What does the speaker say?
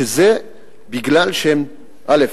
שזה בגלל, א.